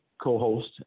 co-host